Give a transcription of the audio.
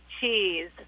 cheese